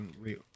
real